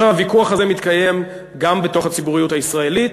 הוויכוח הזה מתקיים גם בתוך הציבוריות הישראלית,